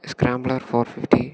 scrambler four fifty